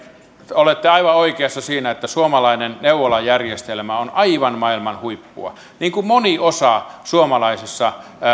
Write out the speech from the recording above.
olette aivan oikeassa siinä että suomalainen neuvolajärjestelmä on aivan maailman huippua niin kuin moni osa suomalaisessa